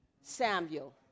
Samuel